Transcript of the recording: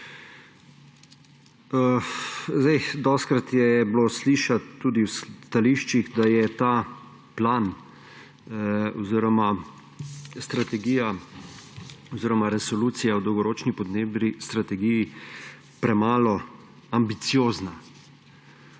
Dostikrat je bilo slišati tudi v stališčih, da je ta plan oziroma strategija oziroma resolucija o Dolgoročni podnebni strategiji premalo ambiciozna.